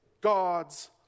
God's